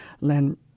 Len